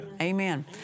Amen